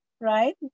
right